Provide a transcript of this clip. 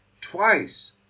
Twice